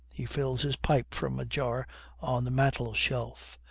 he fills his pipe from a jar on the mantelshelf.